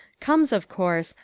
comes, of course,